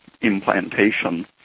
implantation